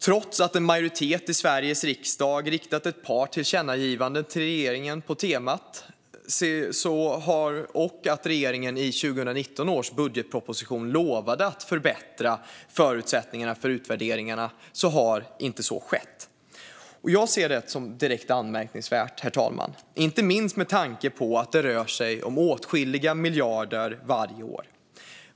Trots att en majoritet i Sveriges riksdag har riktat ett par tillkännagivanden till regeringen på temat, och trots att regeringen i 2019 års budgetproposition lovade att förbättra förutsättningarna för utvärderingar, har så inte skett. Jag ser det som direkt anmärkningsvärt, inte minst med tanke på att det rör sig om åtskilliga miljarder varje år.